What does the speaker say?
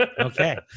Okay